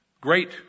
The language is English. great